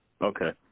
Okay